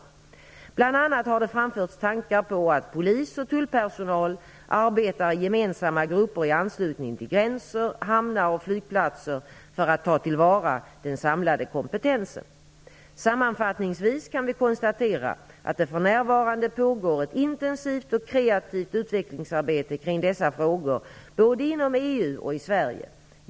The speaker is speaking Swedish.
Bl.a. har det framförts tankar på att polis och tullpersonal skall arbeta i gemensamma grupper i anslutning till gränser, hamnar och flygplatser för att ta till vara den samlade kompetensen. Sammanfattningsvis kan vi konstatera att det för närvarande pågår ett intensivt och kreativt utvecklingsarbete kring dessa frågor både inom EU och i Sverige.